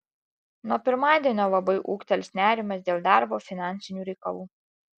nuo pirmadienio labai ūgtels nerimas dėl darbo finansinių reikalų